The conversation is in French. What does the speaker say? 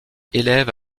élève